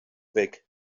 weg